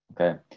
Okay